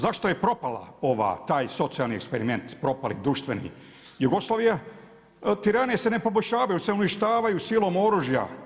Zašto je propala, taj socijalni eksperiment, propali društveni, Jugoslavija. … se ne poboljšavaju jer se uništavaju silom oružja.